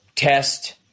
test